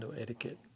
etiquette